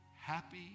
happy